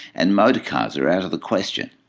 and motor cars are out of the question.